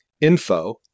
info